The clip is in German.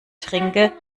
trinke